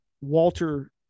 Walter